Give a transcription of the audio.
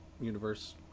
universe